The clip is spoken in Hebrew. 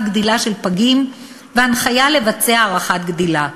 גדילה של פגים והנחיה לבצע הערכת גדילה.